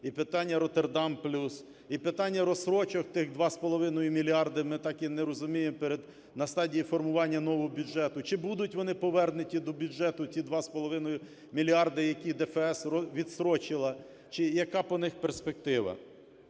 і питання "Роттердам плюс", і питання розстрочок тих 2,5 мільярда, ми так і не розуміємо на стадії формування нового бюджету. Чи будуть вони повернуті до бюджету, ті 2,5 мільярда, які ДФС відстрочила, чи яка по них перспектива?